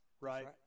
right